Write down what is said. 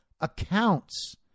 accounts